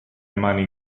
mani